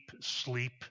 sleep